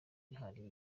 wihariye